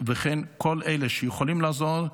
וכן כל אלה שיכולים לעזור.